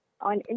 on